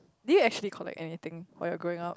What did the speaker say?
did you actually collect anything while you're growing up